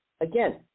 Again